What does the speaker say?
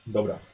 Dobra